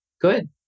good